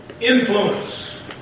influence